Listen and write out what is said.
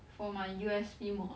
for my U_S_P mod